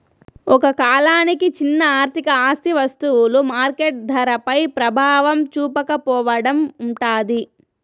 ఒక కాలానికి చిన్న ఆర్థిక ఆస్తి వస్తువులు మార్కెట్ ధరపై ప్రభావం చూపకపోవడం ఉంటాది